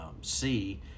see